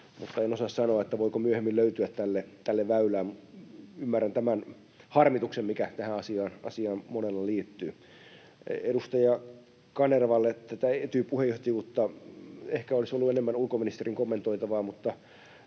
En osaa sanoa, voiko myöhemmin löytyä tälle väylää. Ymmärrän tämän harmituksen, mikä tähän asiaan monella liittyy. Edustaja Kanervalle: Tätä Etyj-puheenjohtajuutta — ehkä tämä olisi ollut enemmän ulkoministerin kommentoitavaa —